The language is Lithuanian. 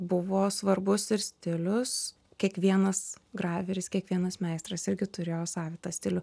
buvo svarbus ir stilius kiekvienas graveris kiekvienas meistras irgi turėjo savitą stilių